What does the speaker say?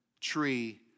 tree